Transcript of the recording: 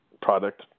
product